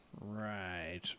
Right